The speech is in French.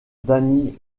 danny